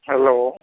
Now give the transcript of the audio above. hello